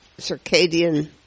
circadian